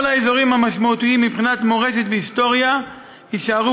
כל האזורים המשמעותיים מבחינת מורשת והיסטוריה יישארו